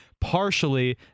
partially